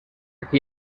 qui